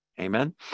Amen